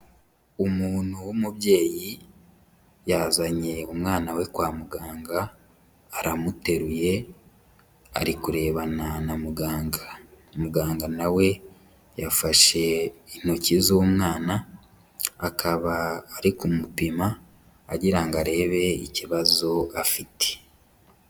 Umuntu w'umubyeyi yazanye umwana we kwa muganga, aramuteruye, ari kurebana na muganga. Muganga na we yafashe intoki z'umwana, akaba ari kumupima agira ngo arebe ikibazo afite.